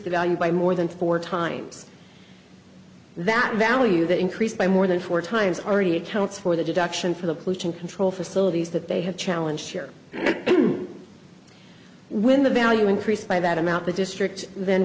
the value by more than four times that value that increased by more than four times already accounts for the deduction for the pollution control facilities that they have challenge here when the value increased by that amount the district then